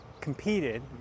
competed